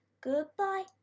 goodbye